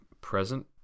present